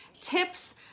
tips